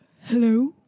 Hello